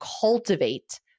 cultivate